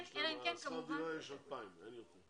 שכר דירה יש 2,000. אין יותר.